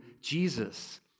Jesus